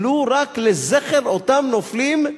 ולו רק לזכר אותם נופלים,